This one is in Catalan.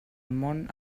món